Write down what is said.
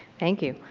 thank you.